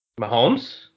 Mahomes